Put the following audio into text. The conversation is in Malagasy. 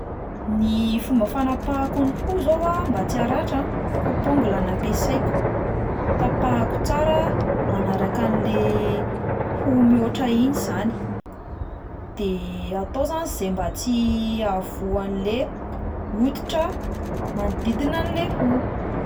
Ny fomba fanapahako ny hoho zao mba tsy haratra: coupe ongle no ampiasaiko, tapahako tsara manaraka an'le hoho mihoatra iny zany, de atao zany zay mba tsy hahavoa an'le hoditra manodidina an'le hoho.